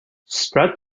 spread